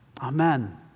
Amen